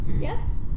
Yes